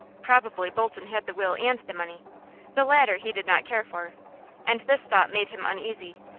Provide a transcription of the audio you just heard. probably bolton had the will and the money the latter he did not care for and this thought made him uneasy,